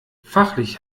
fachlich